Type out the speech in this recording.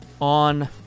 on